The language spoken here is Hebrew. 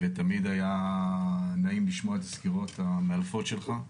תמיד היה נעים לשמוע את הסקירות המאלפות שלך,